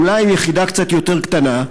אולי עם יחידה קצת יותר קטנה,